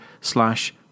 slash